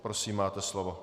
Prosím, máte slovo.